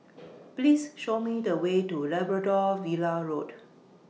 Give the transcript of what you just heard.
Please Show Me The Way to Labrador Villa Road